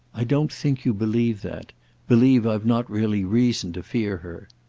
i don't think you believe that believe i've not really reason to fear her.